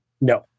No